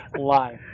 live